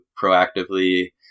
proactively